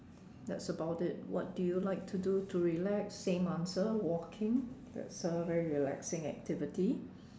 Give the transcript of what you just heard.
that's about it what do you like to do to relax same answer walking that's a very relaxing activity